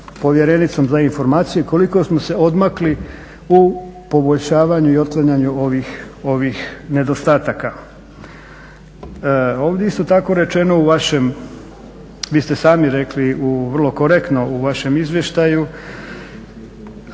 Povjerenicom za informacije koliko smo se odmakli u poboljšavanju i otklanjanju ovih nedostataka. Ovdje je isto tako rečeno u vašem, vi ste sami rekli vrlo korektno u vašem izvještaju